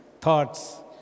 thoughts